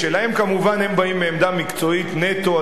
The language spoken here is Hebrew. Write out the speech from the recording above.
שהם כמובן באים מעמדה מקצועית נטו,